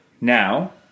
Now